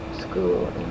school